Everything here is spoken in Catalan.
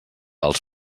els